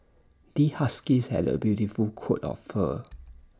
this husky has A beautiful coat of fur